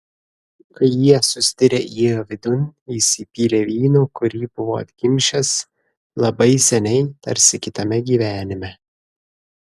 kai jie sustirę įėjo vidun jis įpylė vyno kurį buvo atkimšęs labai seniai tarsi kitame gyvenime